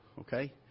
okay